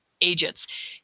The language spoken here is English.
agents